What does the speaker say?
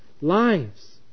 lives